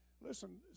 Listen